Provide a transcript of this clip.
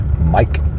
Mike